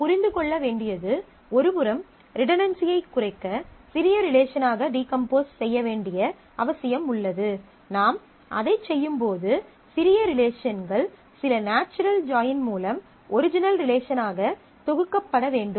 நாம் புரிந்து கொள்ள வேண்டியது ஒருபுறம் ரிடன்டன்சியைக் குறைக்க சிறிய ரிலேசனாக டீகம்போஸ் செய்ய வேண்டிய அவசியம் உள்ளது நாம் அதைச் செய்யும்போது சிறிய ரிலேசன்கள் சில நாச்சுரல் ஜாயின் மூலம் ஒரிஜினல் ரிலேசனாக தொகுக்கப்பட வேண்டும்